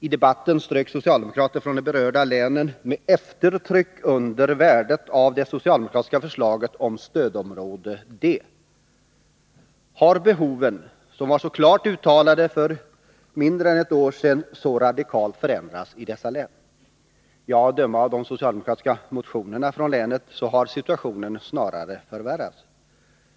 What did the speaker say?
I debatten strök socialdemokrater från de berörda länen med eftertryck under värdet av det socialdemokratiska förslaget om stödområde D. Har behoven, som var så klart uttalade för mindre än ett år sedan, så radikalt förändrats i dessa län? Att döma av de socialdemokratiska motionerna från länen har situationen snarare förvärrats.